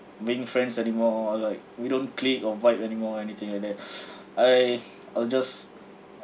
being friends anymore like we don't click or vibe anymore anything like that I I'll just